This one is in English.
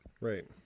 Right